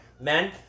Men